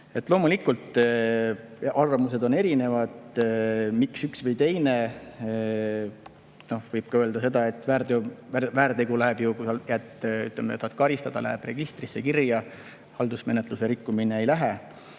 Loomulikult, arvamused on erinevad, miks üks või teine. Võib ka öelda seda, et väärteo eest saab karistada, see läheb registrisse kirja, haldusmenetluse [alla käiv] rikkumine ei lähe.